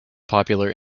popular